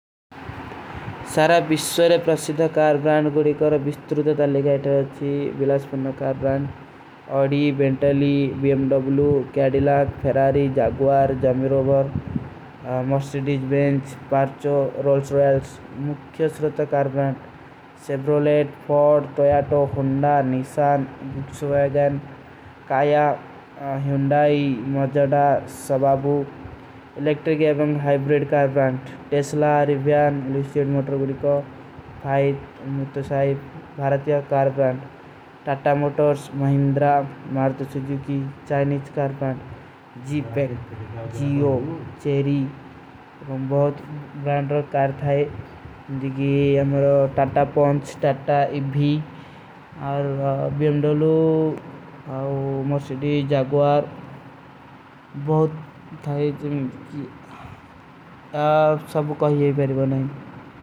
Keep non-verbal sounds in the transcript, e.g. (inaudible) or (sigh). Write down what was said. ସାରା ଵିଶ୍ଵେରେ ପ୍ରସିଧା କାରବ୍ରାଂଡ ଗୋଡେ କର ଵିଷ୍ଟ୍ରୁତ ତାଲେ ଗାଯତେ ହୈଂ ଅଚ୍ଛୀ ଵିଲାଜ ପନ୍ନା car brand, Audi, Bentley, BMW. Cadillac, Ferrari, Jaguar, ଜାମୀ ରୋବର, Mercedes Benz, Porsche, Rolls Royce, ମୁଖ୍ଯ ସୁରତ car brand, Chevrolet, Ford. Toyota, Honda, Nissan, ଭୁତ୍ସଵୈଗନ, Kia, Hyundai, Mazda, Subaru, (hesitation) electric ଏବଂଗ, ହାଈବ୍ରେଟ କାରବ୍ରାଂଡ, ଟେସଲା, ରିଵ୍ଯାନ। ଲୁସ୍ଟ୍ରୀଟ ମୋଟର ଗୁଡିକୋ, ମୁଖ୍ଯ ସୁରତ କାରବ୍ରାଂଡ, ସେଵରୋଲେଟ, ମୁଖ୍ଯ ସୁରତ (hesitation) car brand, Chevrolet car brand, Chevrolet car brand. Chevrolet car brand, Chevrolet car brand, Chevrolet car brand, Chevrolet car brand, Chevrolet car brand, Chevrolet.